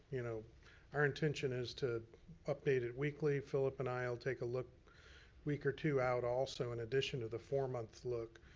you know our intention is to update it weekly. phillip and i'll take a look week or two out also, in addition to the four month look.